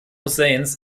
husseins